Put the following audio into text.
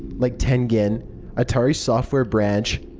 like tengen, atari's software branch,